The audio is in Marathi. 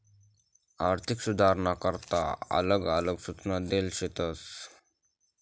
आर्थिक सुधारसना करता आलग आलग सूचना देल शेतस